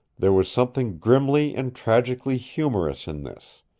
there was something grimly and tragically humorous in this.